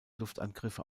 luftangriffe